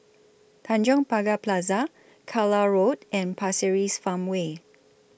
Tanjong Pagar Plaza Carlisle Road and Pasir Ris Farmway